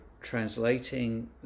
translating